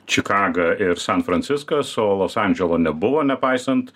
čikaga ir san franciskas o los andželo nebuvo nepaisant